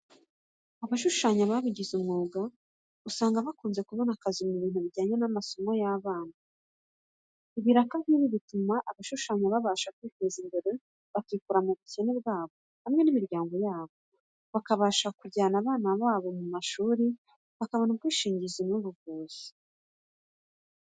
Abashushanya babigize umwuga usanga bakunze kubona akazi mu bintu bijyanye n'amasomo y'abana. Ibiraka nk'ibi bituma abashushanya babasha kwiteza imbere bakikura mu bukene bwabo hamwe n'imiryango yabo, bakabasha kujyana abana babo mu mashuri, bakabona ubwishingizi mu buvuzi.